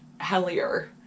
hellier